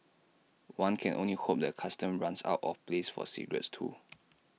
one can only hope the Customs runs out of place for cigarettes too